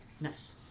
Nice